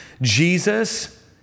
Jesus